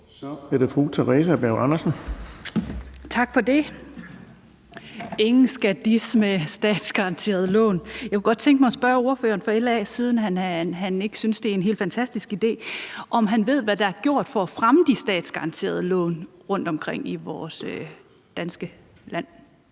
Tak for det. Ingen skal disse statsgaranterede lån. Jeg kunne godt tænke mig at spørge ordføreren fra LA, siden han ikke synes, at det er en helt fantastisk idé, om han ved, hvad der er gjort for at fremme de statsgaranterede lån rundtomkring i vores danske land.